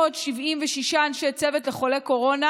כ-376 אנשי צוות לחולי קורונה